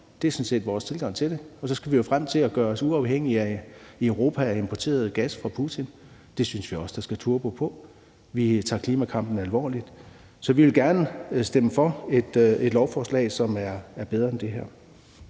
set vores tilgang til det. Og så skal vi jo frem til i Europa at gøre os uafhængige af importeret gas fra Putin. Det synes vi også der skal turbo på. Vi tager klimakampen alvorligt. Så vi vil gerne stemme for et lovforslag, som er bedre end det her.